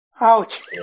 Ouch